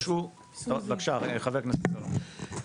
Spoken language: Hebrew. בבקשה חבר הכנסת סולומון.